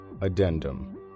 Addendum